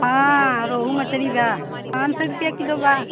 हाँ रोहू मछली बा पाँच सौ रुपया किलो बा